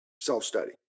self-study